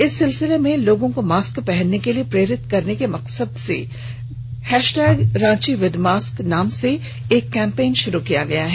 इस सिलसिले में लोगों को मास्क पहनने के लिए प्रेरित करने के मकसद से hashtag Ranchi with mask नाम से एक कैंपेन शुरू किया है